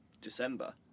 December